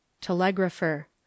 Telegrapher